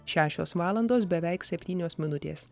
šešios valandos beveik septynios minutės